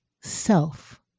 self